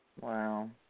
Wow